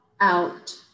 out